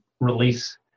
release